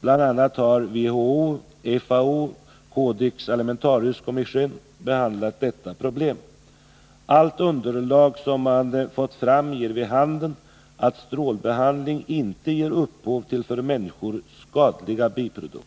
Bl. a. har WHO, FAO och Codex Alimentarius Commission behandlat detta problem. Allt underlag som man fått fram ger vid handen att strålbehandling inte ger upphov till för människan skadliga biprodukter.